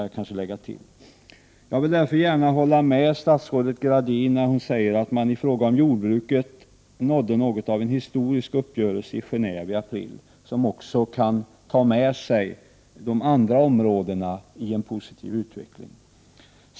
Jag vill därför gärna hålla med statsrådet Gradin när hon säger att man i fråga om jordbruket nådde något av en historisk uppgörelse i Genéve i april, som också kan dra med sig en positiv utveckling på de andra områdena.